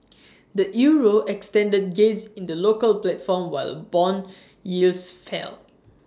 the euro extended gains in the local platform while Bond yields fell